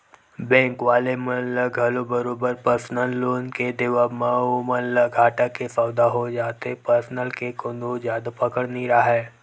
bank वाले मन ल घलो बरोबर परसनल लोन के देवब म ओमन ल घाटा के सौदा हो जाथे परसनल के कोनो जादा पकड़ राहय नइ